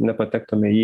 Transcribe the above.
nepatektume į